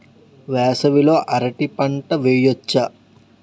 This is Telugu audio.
వేసవి లో అరటి పంట వెయ్యొచ్చా?